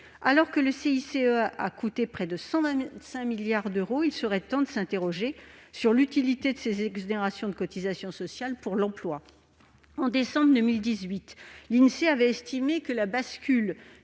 Alors que le CICE a coûté près de 125 milliards d'euros, il serait temps de s'interroger sur l'utilité de ces exonérations de cotisations sociales pour l'emploi. En décembre 2018, l'Insee a estimé que la bascule